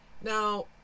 Now